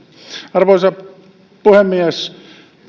arvoisa puhemies